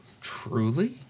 Truly